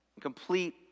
complete